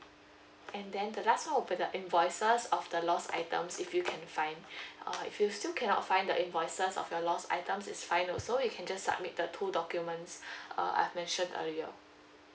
and then the last one will be the invoices of the lost items if you can find uh if you still cannot find the invoices of your lost items it's fine also you can just submit the two documents uh I've mentioned earlier